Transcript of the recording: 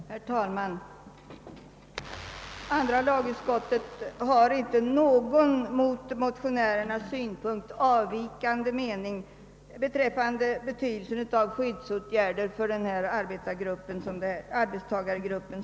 Herr talman! Andra lagutskottet har inte någon från motionärernas synpunkt avvikande mening om betydelsen av skyddsåtgärder för denna arbetstagargrupp.